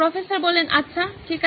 professor আচ্ছা ঠিক আছে